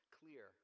clear